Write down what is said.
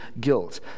guilt